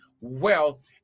wealth